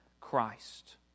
Christ